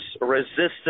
resistance